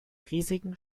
riesigen